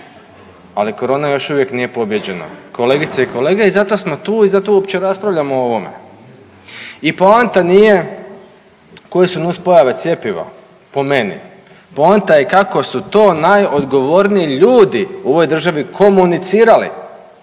ali korona još uvijek nije pobijeđena kolegice i kolege i zato smo tu i zato uopće raspravljamo o ovome. I poanta nije koje su nuspojave cjepiva po meni, poanta je kako su to najodgovorniji ljudi u ovoj državi komunicirali.